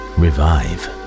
revive